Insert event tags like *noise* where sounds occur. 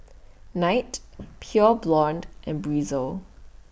*noise* Knight *noise* Pure Blonde and Breezer